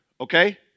Okay